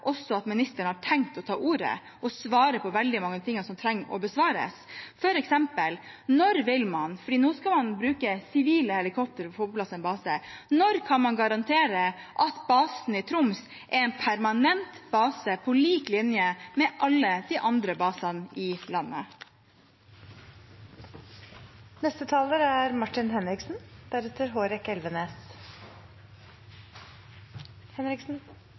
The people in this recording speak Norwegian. også at ministeren har tenkt å ta ordet og svare på veldig mye av det som trenger å besvares, f.eks. når man kan – for nå skal man bruke sivile helikoptre for å få på plass en base – garantere at basen i Troms er en permanent base på lik linje med alle de andre basene i